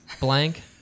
blank